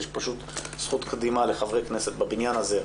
יש פשוט זכות קדימה לחברי כנסת בבניין הזה.